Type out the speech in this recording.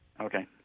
Okay